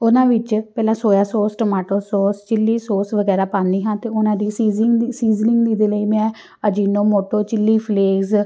ਉਹਨਾਂ ਵਿੱਚ ਪਹਿਲਾਂ soya sauce tomato sauce chilli sauce ਵਗੈਰਾ ਪਾਉਂਦੀ ਹਾਂ ਅਤੇ ਉਹਨਾਂ ਦੀ ਸੀਜ਼ਿੰਗ ਸੀਜ਼ਨਿੰਗ ਜਿਹਦੇ ਲਈ ਮੈਂ ਅਜੀਨੋਮੋਟੋ ਚਿੱਲੀ ਫਲੇਸ